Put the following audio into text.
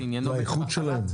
ועניינו --- זה האיחוד שלהם?